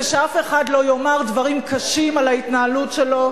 ושאף אחד לא יאמר דברים קשים על ההתנהלות שלו,